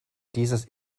dieses